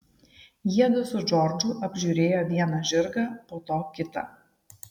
jiedu su džordžu apžiūrėjo vieną žirgą po to kitą